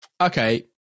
Okay